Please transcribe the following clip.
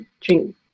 drink